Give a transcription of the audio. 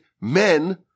men